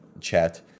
chat